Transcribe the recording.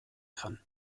kann